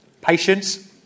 patience